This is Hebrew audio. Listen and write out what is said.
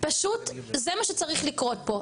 פשוט זה מה שצריך לקרות פה.